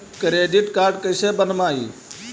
Credit card कैसे बनवाई?